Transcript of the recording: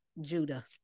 Judah